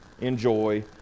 enjoy